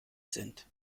sind